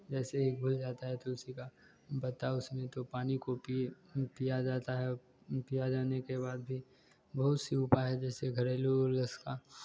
जैसे ही घुल जाता है तुलसी का पत्ता उसमें तो पानी को पीए पिया जाता है और पिया जाने के बाद भी बहुत सी उपाय है जैसे घरेलू ऊ नुस्खा